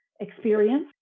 experience